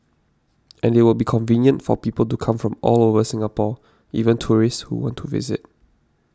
and it will be convenient for people to come from all over Singapore even tourists who want to visit